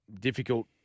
Difficult